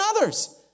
others